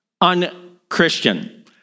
*UnChristian*